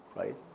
right